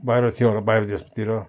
बाहिर थियो होला बाहिर देशतिर